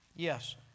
Yes